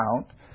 account